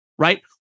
Right